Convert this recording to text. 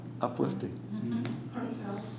Uplifting